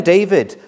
David